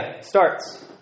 starts